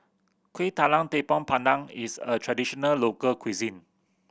Kuih Talam Tepong Pandan is a traditional local cuisine